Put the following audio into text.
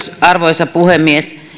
arvoisa puhemies